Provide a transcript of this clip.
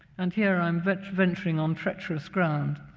and here i'm but venturing on treacherous ground.